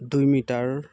দুই মিটাৰ